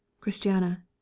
Christiana